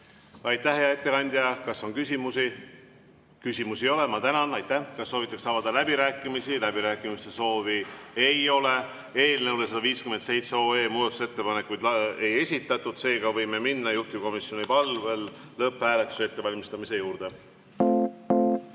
Aitäh, hea ettekandja! Kas on küsimusi? Küsimusi ei ole. Ma tänan. Aitäh! Kas soovitakse avada läbirääkimised? Läbirääkimiste soovi ei ole. Eelnõu 157 kohta muudatusettepanekuid ei esitatud, seega võime minna juhtivkomisjoni palvel lõpphääletuse ettevalmistamise juurde.